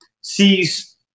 sees